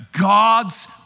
God's